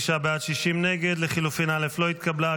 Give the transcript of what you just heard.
הסתייגות 102 לחלופין א לא נתקבלה.